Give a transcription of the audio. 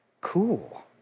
cool